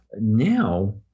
now